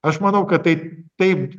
aš manau kad tai taip